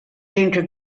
tinke